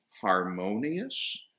harmonious